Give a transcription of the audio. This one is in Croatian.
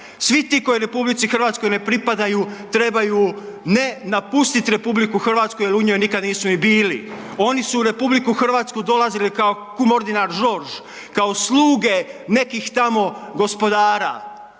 svi ti koji RH ne pripadaju trebaju ne napustiti RH jer u njoj nikad nisu ni bili, oni su u RH dolazili kao Kumordinar Žorž, kao sluge nekih tamo gospodara,